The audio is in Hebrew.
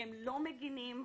לא מגנים,